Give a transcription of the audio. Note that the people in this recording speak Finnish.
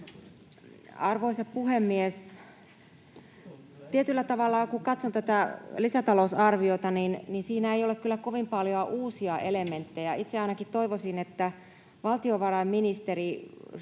tavalla, kun katson tätä lisätalousarviota, siinä ei ole kyllä kovin paljoa uusia elementtejä. Itse ainakin toivoisin, että valtiovarainministeri